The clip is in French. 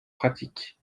pratique